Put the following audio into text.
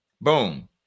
boom